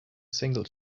single